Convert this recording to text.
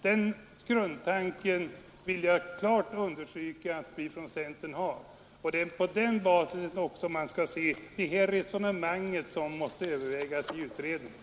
Den grundtanken vill jag klart understryka att vi har, och det är mot den bakgrunden man skall se det resonemang som vi anser måste övervägas i utredningen.